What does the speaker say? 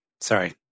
sorry